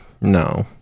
No